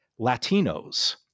Latinos